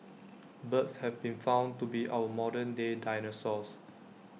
birds have been found to be our modern day dinosaurs